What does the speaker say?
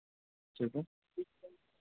ठीक है